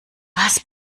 was